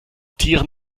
tieren